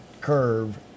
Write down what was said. curve